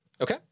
Okay